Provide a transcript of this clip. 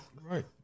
Right